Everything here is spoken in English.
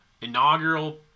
inaugural